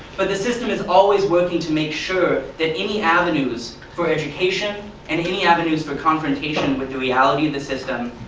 but the system is always working to make sure that any avenues for education and any avenues for confrontation with the reality of the system,